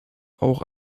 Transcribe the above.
auch